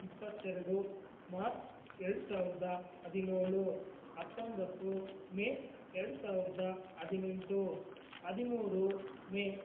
ಇಪ್ಪತ್ತೆರಡು ಮಾರ್ಚ್ ಎರಡು ಸಾವಿರದ ಹದಿನೇಳು ಹತ್ತೊಂಬತ್ತು ಮೇ ಎರಡು ಸಾವಿರದ ಹದಿನೆಂಟು ಹದಿಮೂರು ಮೇ